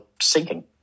sinking